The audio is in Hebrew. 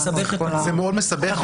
זה מאוד מסבך.